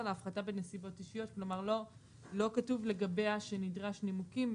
בנסיבות אישיות כלומר לא כתוב לגביה שנדרש נימוקים.